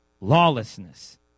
lawlessness